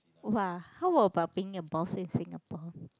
!wah! how about being a boss in Singapore